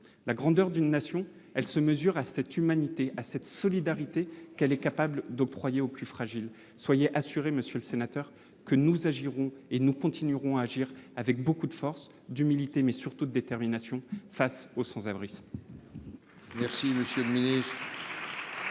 La grandeur d'une nation se mesure à cette humanité, à cette solidarité qu'elle est capable d'octroyer aux plus fragiles. Soyez assuré, monsieur le sénateur, que nous continuerons d'agir non seulement avec beaucoup de force et d'humilité, mais surtout avec détermination face au sans-abrisme.